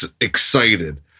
excited